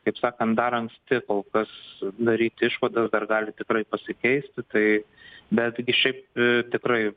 kaip sakant dar anksti kol kas daryti išvadas dar gali tikrai pasikeisti tai betgi šiaip tikrai